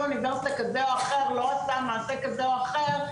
אוניברסיטה כזה או אחר לא עשה מעשה כזה או אחר,